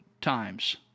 times